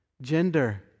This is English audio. gender